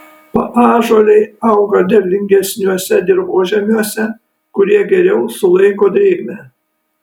paąžuoliai auga derlingesniuose dirvožemiuose kurie geriau sulaiko drėgmę